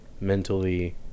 mentally